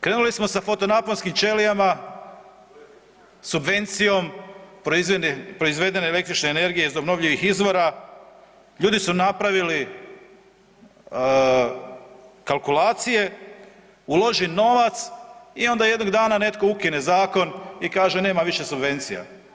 Krenuli smo s fotonaponskim čelijama, subvencijom proizvedene električne energije iz obnovljivih izvora, ljudi su napravili kalkulacije, ulože novac i onda jednog dana netko ukine zakon i kaže nema više subvencija.